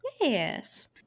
Yes